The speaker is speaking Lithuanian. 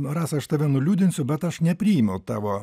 rasa aš tave nuliūdinsiu bet aš nepriėmiau tavo